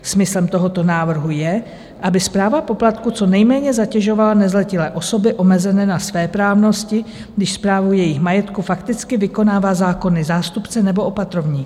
Smyslem tohoto návrhu je, aby správa poplatku co nejméně zatěžovala nezletilé a osoby omezené na svéprávnosti, když správu jejich majetku fakticky vykonává zákonný zástupce nebo opatrovník.